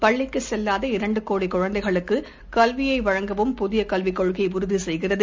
பள்ளிக்குச் செல்லாத இரண்டுகோடிகுழந்தைகளுக்குகல்வியைவழங்கவும் புதியகல்விக் கொள்கைஉறுதிசெய்கிறது